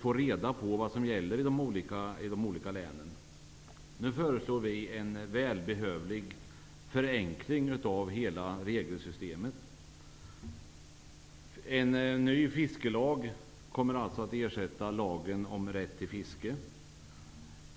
få reda på vad som gäller i de olika länen. Nu föreslår vi en välbehövlig förenkling av hela regelsystemet. En ny fiskelag kommer alltså att ersätta lagen om rätt till fiske.